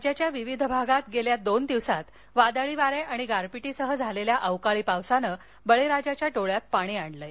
राज्याच्या विविध भागात गेल्या दोन दिवसात वादळी वारे आणि गारपिटीसह झालेल्या अवकाळी पावसानं बळीराजाच्या डोळ्यात पाणी आणलं आहे